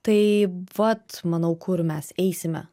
tai vat manau kur mes eisime